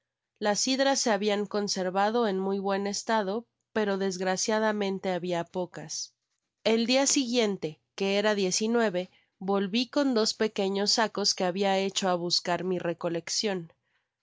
las cidras se habian conservado en muy buen estado pero desgraciadamente habia pocas el siguiente dia que era volví con dos pequeños sacos que habia hecho á buscar mi recolección